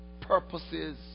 purposes